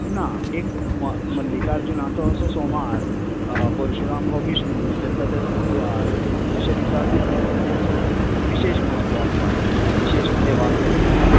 ना एक म मल्लिकार्जूनाचो असो सोमार परशुराम हो विश्णू म्हणल्यार तेजो बुधवार अशें दिसाक तेंचो विशेश म्हत्व आसता विशेश सेवा आसता तेंची